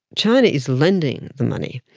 china is lending the money.